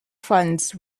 funds